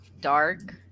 dark